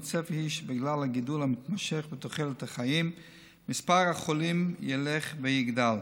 והצפי הוא שבגלל הגידול המתמשך בתוחלת החיים מספר החולים ילך ויגדל.